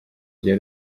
rya